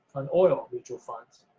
an oil mutual fund,